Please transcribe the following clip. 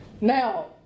Now